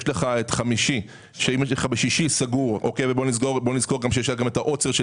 צריך לזכור שבימים שלפני כן היה עוצר,